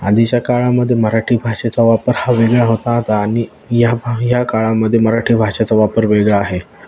आधीच्या काळामध्ये मराठी भाषेचा वापर हा वेगळा होता आता आणि या भा ह या काळामध्ये मराठी भाषेचा वापर वेगळा आहे